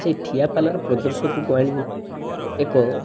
ସେ ଠିଆ ପାଲାର ପ୍ରଦର୍ଶକକୁ ଆଣି ଏକ